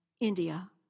India